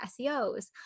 seos